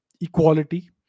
equality